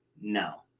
No